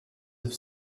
have